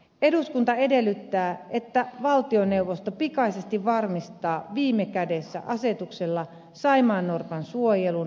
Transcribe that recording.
eduskunta edellyttää että valtioneuvosto pikaisesti varmistaa viime kädessä asetuksella saimaannorpan suojelun